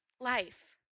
life